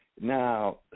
now